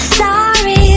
sorry